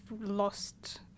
lost